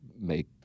make